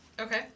Okay